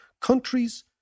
Countries